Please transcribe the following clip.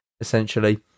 essentially